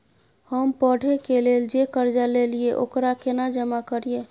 हम पढ़े के लेल जे कर्जा ललिये ओकरा केना जमा करिए?